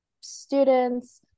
students